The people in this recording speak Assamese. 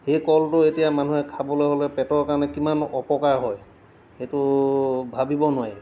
সেই কলটো এতিয়া মানুহে খাবলৈ হ'লে পেটৰ কাৰণে কিমান অপকাৰ হয় সেইটো ভাবিব নোৱাৰি